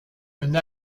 une